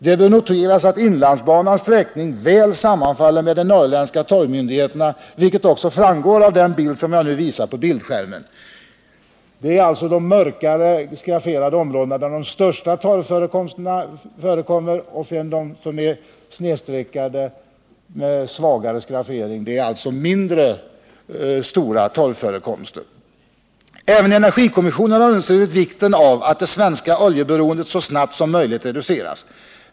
Det bör noteras att inlandsbanans sträckning väl sammanfaller med de norrländska torvfyndigheterna, vilket också framgår av den bild som jag nu visar på TV-skärmen — där de mörkare skrafferade områdena utvisar områden med större förekomster av torv och de svagare skrafferade områden med mindre förekomster. Även energikommissionen har understrukit vikten av att det svenska oljeberoendet så snabbt som möjligt reduceras.